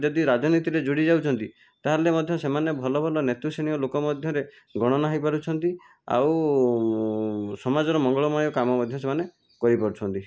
ଯଦି ରାଜନୀତିରେ ଯୁଡ଼ି ଯାଉଛନ୍ତି ତାହେଲେ ମଧ୍ୟ ସେମାନେ ଭଲ ଭଲ ନେତୃଶ୍ରେଣୀୟ ଲୋକ ମଧ୍ୟରେ ଗଣନା ହୋଇପାରୁଛନ୍ତି ଆଉ ସମାଜର ମଙ୍ଗଳମୟ କାମ ମଧ୍ୟ ସେମାନେ କରିପାରୁଛନ୍ତି